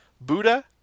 Buddha